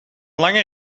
lange